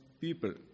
people